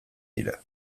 dira